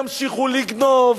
ימשיכו לגנוב,